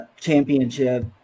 championship